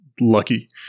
lucky